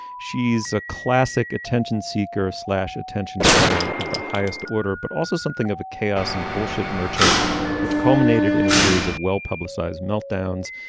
she's a classic attention seeker slash attention getter of the highest order but also something of a chaos and bullshit merchant which culminated in a series of well publicized meltdowns.